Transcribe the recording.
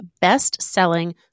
best-selling